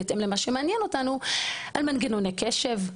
בהתאם למה שמעניין אותנו על מנגנוני קשב,